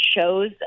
shows